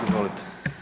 Izvolite.